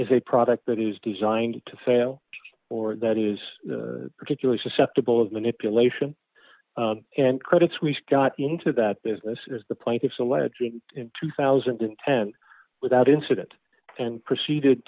as a product that is designed to fail or that is particularly susceptible of manipulation and credit suisse got into that business is the plaintiffs alleging in two thousand and ten without incident and proceeded